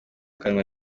kanwa